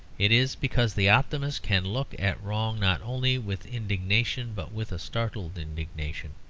it is because the optimist can look at wrong not only with indignation, but with a startled indignation.